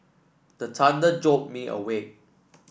the jolt me awake